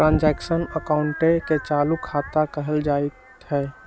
transaction अकाउंटे के चालू खता कहल जाइत हइ